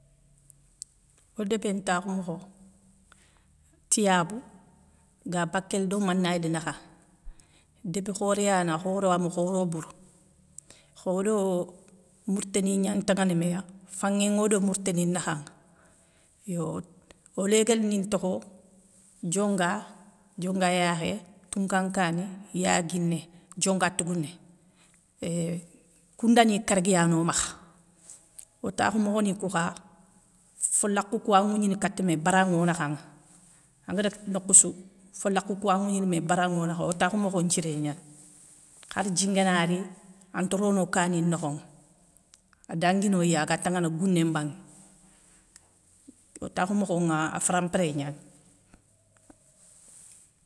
Odébé ntakhou mokho, tiyabou, ga bakéli do manayéli nakha, débé khoré yani a khoro ami khoro bourou, khodo mourténi gna ntaŋa méya, fanŋé nŋo do mourténi nakhaŋa yo. O légalini ntokho, dionga. dionga yakhé. tounka nkani. yaguiné. diongua tougouné. Euuuhh kounda ni kergui yano makha, o takhou mokhoni kou kha, folakhouwa nŋougnini kati mé, bara nŋo nakha ŋa, angadaga nokhoussou falakhouwa nŋwougninimé bara nŋo, o takhou mokho nthiré gnani, khar djingana ri, ante rono kani nokhoŋa, adanguinoya agataŋa gouné mbanŋé, o takhou mokho ŋa a farampré gnani.